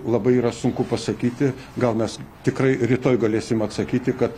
labai yra sunku pasakyti gal mes tikrai rytoj galėsim atsakyti kad